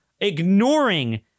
ignoring